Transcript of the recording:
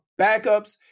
backups